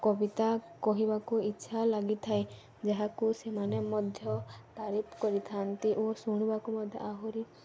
କବିତା କହିବାକୁ ଇଚ୍ଛା ଲାଗିଥାଏ ଯାହାକୁ ସେମାନେ ମଧ୍ୟ ତାରିଫ କରିଥାନ୍ତି ଓ ଶୁଣିବାକୁ ମଧ୍ୟ ଆହୁରି